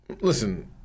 listen